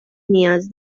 نیاز